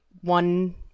one